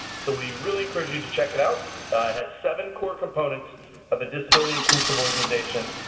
so we really encourage you to check it out. it has seven core components of a disability inclusive organization,